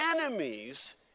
enemies